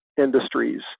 industries